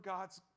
God's